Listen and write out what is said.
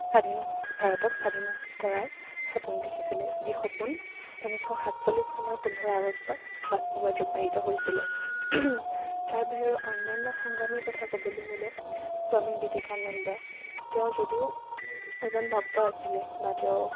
স্বাধীন ভাৰতক স্বাধীন কৰাৰ সপোন দেখিছিলে যি সপোন ঊনৈছশ সাতছল্লিছ চনৰ পোন্ধৰ আগষ্টত বাস্তৱত ৰূপায়িত হৈছিলে তাৰ বাহিৰে অন্য়ান্য সংগ্ৰামীৰ কথা ক'বলৈ গ'লে স্বামী বিবেকানন্দ তেওঁ যদিও এজন ভক্ত আছিলে বা তেওঁ